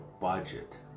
budget